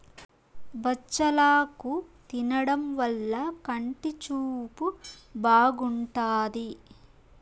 బచ్చలాకు తినడం వల్ల కంటి చూపు బాగుంటాది